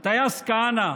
הטייס כהנא,